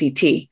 CT